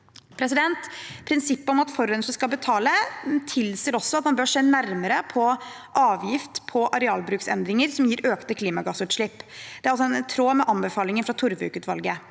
Prinsippet om at forurenser skal betale, tilsier også at man bør se nærmere på avgift på arealbruksendringer som gir økte klimagassutslipp. Det er også i tråd med anbefalinger fra Torvik-utvalget.